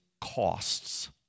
costs